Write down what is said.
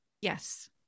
yes